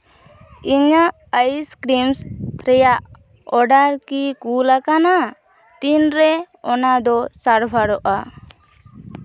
ᱤᱧᱟᱹᱜ ice cream ᱨᱮᱭᱟᱜ order ᱠᱤ ᱠᱳᱞ ᱟᱠᱟᱱᱟ ᱛᱤᱱᱨᱮ ᱚᱱᱟᱫ ᱥᱟᱨᱵᱷᱟᱨᱚᱜᱼᱟ